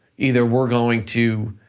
either we're going to.